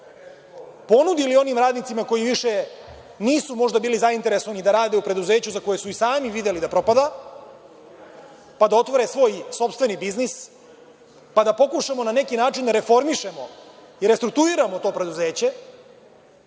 ponudili onim radnicima koji više nisu možda bili zainteresovani da rade u preduzeću za koje su i sami videli da propada, pa da otvore svoj sopstveni biznis, pa da pokušamo na neki način da reformišemo i prestruktuiramo to preduzeće.